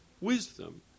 wisdom